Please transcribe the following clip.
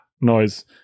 noise